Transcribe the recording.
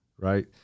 right